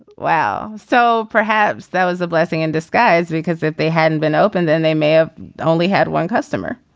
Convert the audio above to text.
wow so perhaps that was a blessing in disguise because if they hadn't been opened then they may have only had one customer.